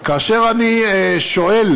וכאשר אני שואל,